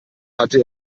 hatte